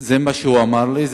זה מה שהוא אמר לי.